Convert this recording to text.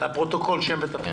לפרוטוקול, שם ותפקיד.